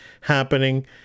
happening